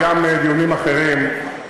ויש גם דיונים אחרים.